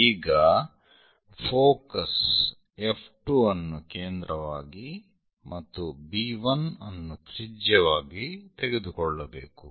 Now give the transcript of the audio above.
ಈಗ focus F2 ಅನ್ನು ಕೇಂದ್ರವಾಗಿ ಮತ್ತು B1 ಅನ್ನು ತ್ರಿಜ್ಯವಾಗಿ ತೆಗೆದುಕೊಳ್ಳಬೇಕು